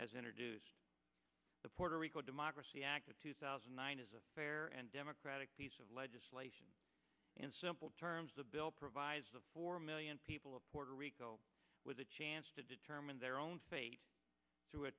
has introduced the puerto rico democracy act of two thousand and nine is a fair and democratic piece of legislation in simple terms a bill provides the four million people of puerto rico with a chance to determine their own fate t